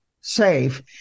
safe